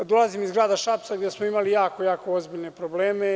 Dolazim iz grada Šapca gde smo imali jako, jako ozbiljne probleme.